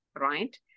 right